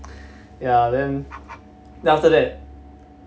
ya then then after that